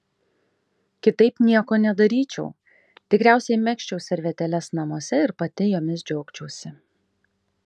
kitaip nieko nedaryčiau tikriausiai megzčiau servetėles namuose ir pati jomis džiaugčiausi